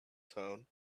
tone